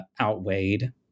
outweighed